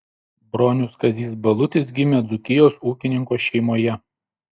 bronius kazys balutis gimė dzūkijos ūkininko šeimoje